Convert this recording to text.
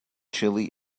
chilly